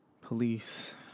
Police